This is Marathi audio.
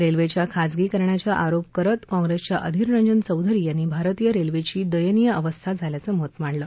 रेल्वेच्या खाजगीकरण्याचा आरोप करत काँग्रेसच्या अधीररंजन चौधरी यांनी भारतीय रेल्वेची दयनीय झाल्याचं मत मांडलं